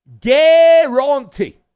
guarantee